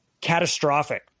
catastrophic